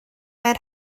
maen